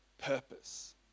purpose